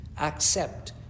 accept